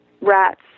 rats